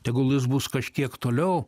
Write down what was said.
tegul jis bus kažkiek toliau